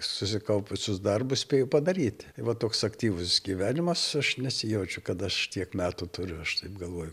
susikaupusius darbus spėju padaryti va toks aktyvus gyvenimas aš nesijaučiu kad aš tiek metų turiu aš taip galvoju